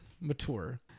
Mature